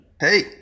Hey